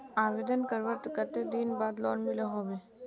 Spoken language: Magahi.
आवेदन करवार कते दिन बाद लोन मिलोहो होबे?